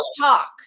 talk